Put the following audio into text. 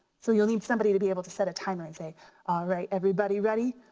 so you'll need somebody to be able to set a timer and say all right everybody ready,